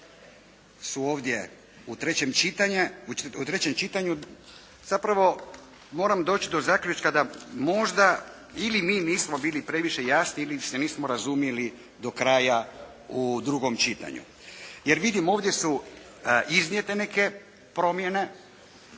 su ovdje u trećem čitanju zapravo moram doć' do zaključka da možda ili mi nismo bili previše jasni ili se nismo razumjeli do kraja u drugom čitanju. Jer vidim ovdje su iznijete neke promjene